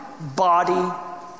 body